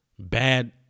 bad